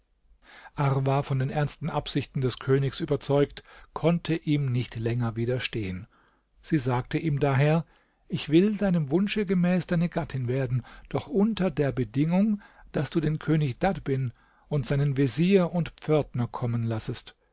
arwa von den ernsten absichten des königs überzeugt konnte ihm nicht länger widerstehen sie sagte ihm daher ich will deinem wunsche gemäß deine gattin werden doch unter der bedingung daß du den könig dadbin und seinen vezier und pförtner kommen lassest